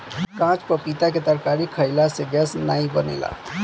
काच पपीता के तरकारी खयिला से गैस नाइ बनेला